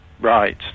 right